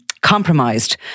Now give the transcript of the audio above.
compromised